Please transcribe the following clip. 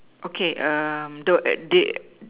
okay don't they